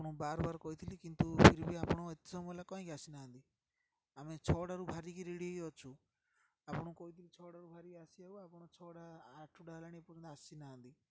ଆପଣ ବାର ବାର କହିଥିଲି କିନ୍ତୁ ଫିର୍ ବି ଆପଣ ଏତେ ସମୟ ହେଲା କହିଁକି ଆସିନାହାନ୍ତି ଆମେ ଛଅଟାରୁ ଭାରିକି ରେଡ଼ି ହୋଇକି ଅଛୁ ଆପଣ କହିଥିଲି ଛଅଟାରୁ ଭାରିକି ଆସିବାକୁ ଆପଣ ଛଅଟା ଆଠଟା ହେଲାଣି ଏ ପର୍ଯ୍ୟନ୍ତ ଆସିନାହାନ୍ତି